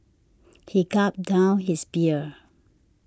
he gulped down his beer